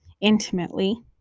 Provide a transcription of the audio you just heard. intimately